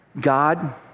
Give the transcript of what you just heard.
God